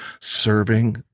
serving